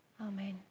Amen